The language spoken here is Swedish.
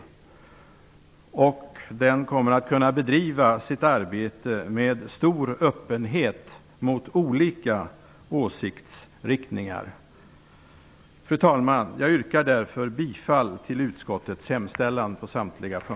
Den kommer att kunna bedriva sitt arbete med stor öppenhet gentemot olika åsiktsriktningar. Fru talman! Jag yrkar därför bifall till utskottets hemställan på samtliga punkter.